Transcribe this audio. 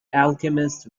alchemist